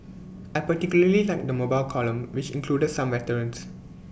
I particularly liked the mobile column which included some veterans